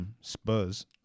Spurs